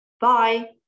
Bye